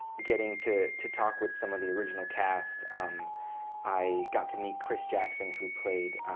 getting to to talk with some of the original cast i got to meet chris jackson, who played